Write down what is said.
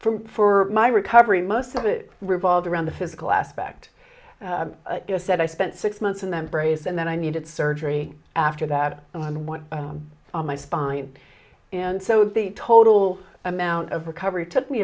for my recovery most of it revolved around the physical aspect said i spent six months and then brace and then i needed surgery after that one on my spine and so the total amount of recovery took me